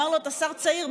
הוא אמר לו: אתה שר צעיר,